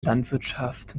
landwirtschaft